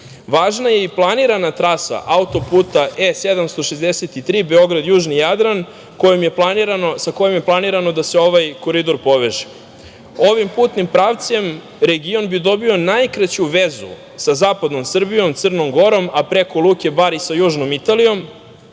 itd. Važna je i planirana trasa auto-puta E763, Beograd – južni Jadran, sa kojom je planirano da se ovaj koridor poveže. Ovim putnim pravcem region bi dobio najkraću vezu sa zapadnom Srbijom, Crnom Gorom, a preko luke Bar i sa južnom Italijom,